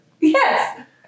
Yes